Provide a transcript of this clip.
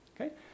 okay